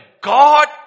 God